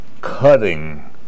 cutting